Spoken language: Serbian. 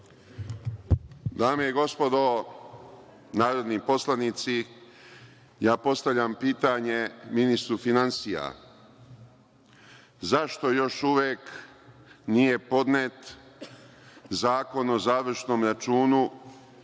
Dame i gospodo narodni poslanici, ja postavljam pitanje ministru finansija – zašto još uvek nije podnet zakon o završnom računu